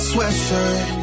Sweatshirt